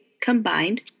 combined